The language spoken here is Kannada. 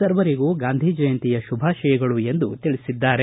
ಸರ್ವರಿಗೂ ಗಾಂಧಿ ಜಯಂತಿಯ ಶುಭಾಶಯಗಳು ಎಂದು ಹೇಳಿದ್ದಾರೆ